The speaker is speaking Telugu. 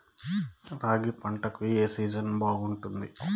రాగి పంటకు, ఏ సీజన్ బాగుంటుంది?